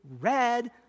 red